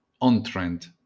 on-trend